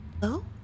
Hello